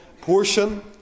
portion